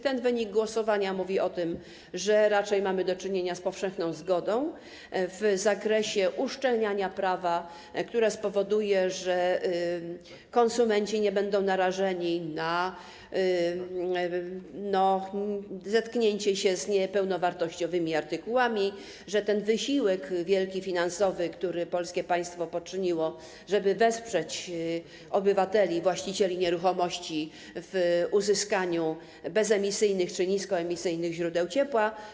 Ten wynik głosowania mówi o tym, że raczej mamy do czynienia z powszechną zgodą w zakresie uszczelniania prawa, które spowoduje, że konsumenci nie będą narażeni na zetknięcie się z niepełnowartościowymi artykułami, że nie zostanie zmarnowany ten wielki wysiłek finansowy, który polskie państwo poczyniło, żeby wesprzeć obywateli, właścicieli nieruchomości w uzyskaniu bezemisyjnych czy niskoemisyjnych źródeł ciepła.